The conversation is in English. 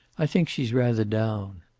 i think she's rather down.